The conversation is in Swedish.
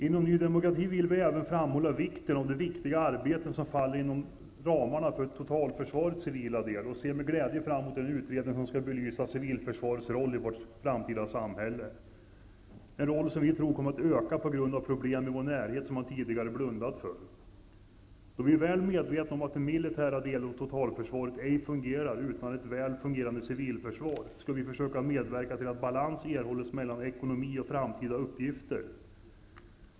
Inom Ny demokrati vill vi även framhålla vikten av det viktiga arbete som faller inom ramen för totalförsvarets civila del, och vi ser med glädje fram mot den utredning som skall belysa civilförsvarets roll i vårt framtida samhälle, en roll som vi tror kommer att få större betydelse på grund av problem i vår närhet som man tidigare blundat för. Då vi är väl medvetna om att den militära delen av totalförsvaret ej fungerar utan ett väl fungerande civilförsvar, skall vi försöka medverka till att balans erhålls mellan ekonomi och framtida uppgifter.